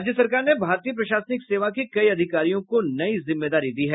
राज्य सरकार ने भारतीय प्रशासनिक सेवा के कई अधिकारियों को नई जिम्मेदारी दी है